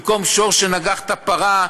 במקום שור שנגח את הפרה,